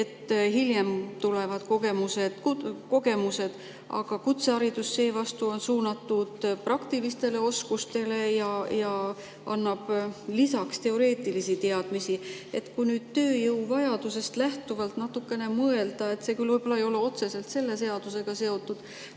kogemused tulevad hiljem. Kutseharidus seevastu on suunatud praktilistele oskustele ja annab lisaks teoreetilisi teadmisi. Kui nüüd tööjõuvajadusest lähtuvalt natukene mõelda – see võib-olla ei ole otseselt selle seadusega seotud,